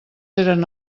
eren